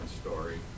story